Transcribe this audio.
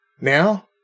now